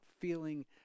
feeling